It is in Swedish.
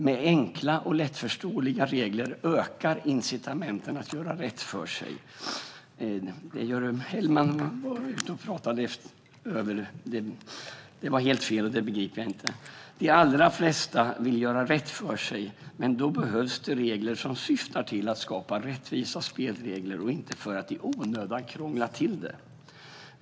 Med enkla och lättförståeliga regler ökar incitamenten att göra rätt för sig. Det som Jörgen Hellman sa var helt fel. Jag begriper det inte. De allra flesta vill göra rätt för sig, men då behövs det regler som syftar till att skapa rättvisa spelregler och inte krångla till det i onödan.